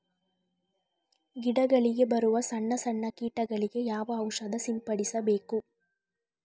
ಗಿಡಗಳಿಗೆ ಬರುವ ಸಣ್ಣ ಸಣ್ಣ ಕೀಟಗಳಿಗೆ ಯಾವ ಔಷಧ ಸಿಂಪಡಿಸಬೇಕು?